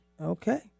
Okay